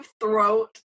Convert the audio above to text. throat